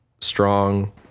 strong